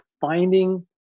finding